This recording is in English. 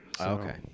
Okay